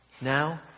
now